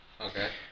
Okay